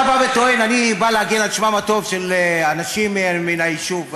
אתה טוען: אני בא להגן על שמם הטוב של אנשים מן היישוב,